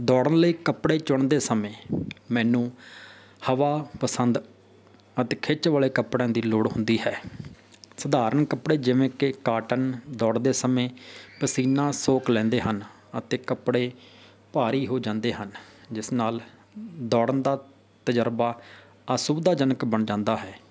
ਦੌੜਨ ਲਈ ਕੱਪੜੇ ਚੁਣਦੇ ਸਮੇਂ ਮੈਨੂੰ ਹਵਾ ਪਸੰਦ ਅਤੇ ਖਿੱਚ ਵਾਲੇ ਕੱਪੜਿਆਂ ਦੀ ਲੋੜ ਹੁੰਦੀ ਹੈ ਸਧਾਰਨ ਕੱਪੜੇ ਜਿਵੇਂ ਕਿ ਕਾਟਨ ਦੌੜਦੇ ਸਮੇਂ ਪਸੀਨਾ ਸੋਖ ਲੈਂਦੇ ਹਨ ਅਤੇ ਕੱਪੜੇ ਭਾਰੀ ਹੋ ਜਾਂਦੇ ਹਨ ਜਿਸ ਨਾਲ ਦੌੜਨ ਦਾ ਤਜ਼ਰਬਾ ਅਸੁਵਿਧਾਜਨਕ ਬਣ ਜਾਂਦਾ ਹੈ